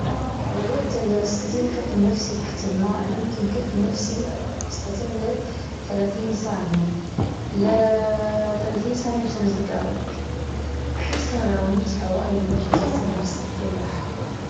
الوقت اللي أستطيع كتم نفسي تحت الماء، يمكن كتم نفسي أقدر أستطيع له ثلاثين ثانية ل- ثلاثين ثانية لخمس دقائق، أحسها متعة وايد الواحد يكتم نفسه تحت البحر.